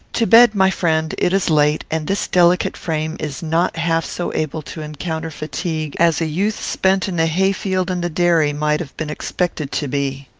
to bed, my friend it is late, and this delicate frame is not half so able to encounter fatigue as a youth spent in the hay-field and the dairy might have been expected to be.